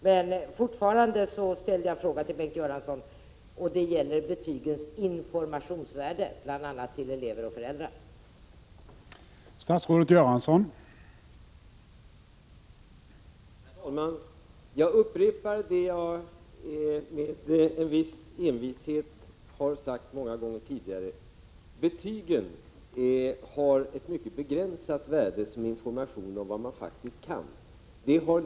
Min fråga till Bengt Göransson om betygens informationsvärde för bl.a. elever och föräldrar kvarstår.